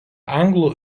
anglų